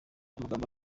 amagambo